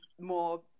more